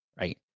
right